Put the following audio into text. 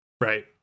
right